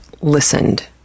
listened